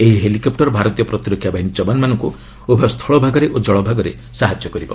ଏହି ହେଲିକପ୍ଟର ଭାରତୀୟ ପ୍ରତିରକ୍ଷା ବାହିନୀ ଯବାନମାନଙ୍କୁ ଉଭୟ ସ୍ଥଳ ଭାଗରେ ଓ ଜଳ ଭାଗରେ ସାହାଯ୍ୟ କରିବ